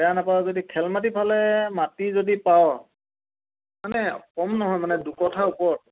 বেয়া নেপাওঁ যদি খেল মাটি ফালে মাটি যদি পাওঁ মানে কম নহয় মানে দু কঠাৰ ওপৰত